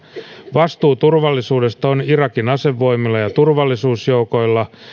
vastuu turvallisuudesta on irakin asevoimilla ja turvallisuusjoukoilla